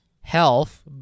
health